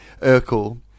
Urkel